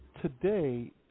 Today